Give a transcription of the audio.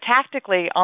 tactically